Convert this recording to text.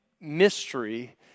mystery